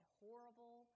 horrible